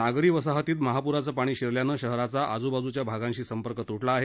नागरी वसाहतीत महापूराचं पाणी शिरल्यानं शहराचा आजूबाजूच्या भागाशी संपर्क तुटला आहे